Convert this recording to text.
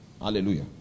hallelujah